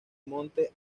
monte